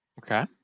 Okay